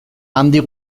handik